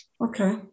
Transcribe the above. Okay